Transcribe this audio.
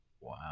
Wow